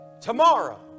Tomorrow